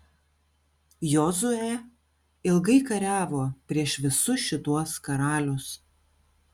jozuė ilgai kariavo prieš visus šituos karalius